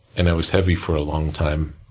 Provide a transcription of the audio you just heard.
and i was heavy for a long time.